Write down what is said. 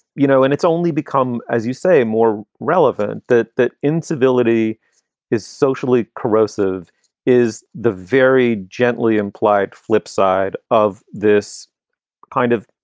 you know, and it's only become, as you say, more relevant that that incivility is socially corrosive is the very gently implied flip side of this kind of,